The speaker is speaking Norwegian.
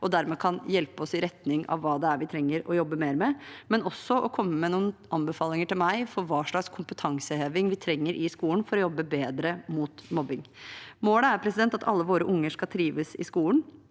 kan hjelpe oss i retning av hva vi trenger å jobbe mer med, og også komme med noen anbefalinger til meg om hva slags kompetanseheving vi trenger i skolen for å jobbe bedre mot mobbing. Målet er at alle ungene våre skal trives i skolen.